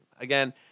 Again